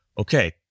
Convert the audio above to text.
okay